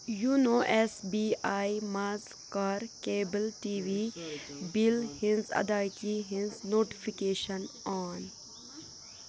YONO S B I منٛز کَر cable T V bill ہٕنٛز ادٲیگی ہٕنٛز نوٹِفِکیشن آن